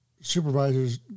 supervisors